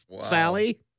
Sally